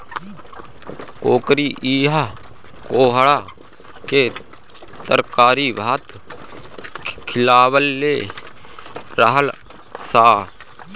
ओकरी इहा कोहड़ा के तरकारी भात खिअवले रहलअ सअ